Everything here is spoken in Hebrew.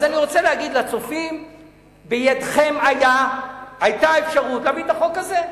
אז אני רוצה להגיד לצופים שבידיכם היתה אפשרות להביא את החוק הזה.